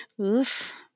Oof